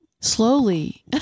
Slowly